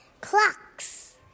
clocks